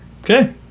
Okay